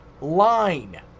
line